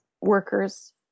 workers